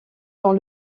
dans